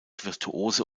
virtuose